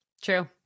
True